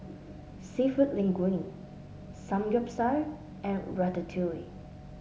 seafood Linguine Samgyeopsal and Ratatouille